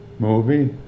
Movie